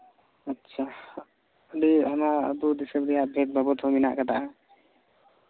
ᱟᱪᱪᱷᱟ ᱟᱹᱰᱤ ᱟᱭᱢᱟ ᱟᱹᱛᱩ ᱫᱤᱥᱚᱢ ᱨᱮᱭᱟᱜ ᱫᱮᱹᱵᱽ ᱵᱟᱵᱚᱫᱽ ᱦᱚᱸ ᱢᱮᱱᱟᱜ ᱠᱟᱫᱟ